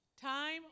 time